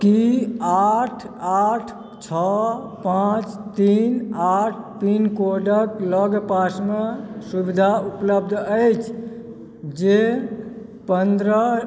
की आठ आठ छओ पाँच तीन आठ पिन कोड क लगपासमे सुविधा उपलब्ध अछि जे पन्द्रह